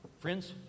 friends